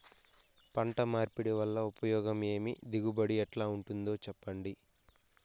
పంట మార్పిడి వల్ల ఉపయోగం ఏమి దిగుబడి ఎట్లా ఉంటుందో చెప్పండి?